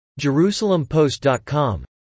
JerusalemPost.com